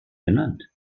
benannt